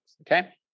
Okay